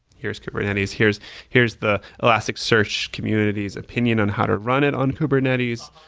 here's kubernetes. here's here's the elastic search communities opinion on how to run it on kubernetes.